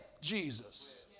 Jesus